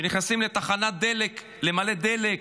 שנכנסים לתחנת דלק למלא דלק,